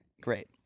Great